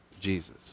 Jesus